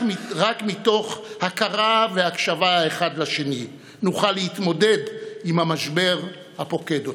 רק מתוך הכרה והקשבה האחד לשני נוכל להתמודד עם המשבר הפוקד אותנו.